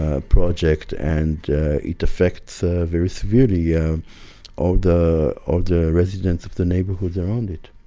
ah project. and it affects ah very severely yeah all the ah the residents of the neighborhoods around it.